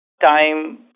time